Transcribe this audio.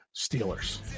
Steelers